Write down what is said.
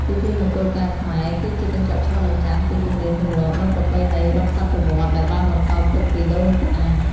ពិធីមង្គលការខ្មែរ គឺជាកញ្ចក់ឆ្លុះបញ្ចាំងពី ទំនៀមទម្លាប់ និងប្រពៃណីរាប់សតវត្សរ៍ ដែលបានបន្សល់ទុកពីដូនតា។